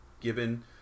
given